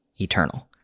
eternal